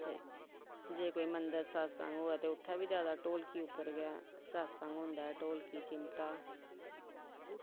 ते जे कोई मंदर सत्संग होऐ ते उत्थै बी जादै ढोलकी उप्पर गै सत्संग होंदा ऐ ढोलकी चिम्मटा